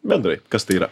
bendrai kas tai yra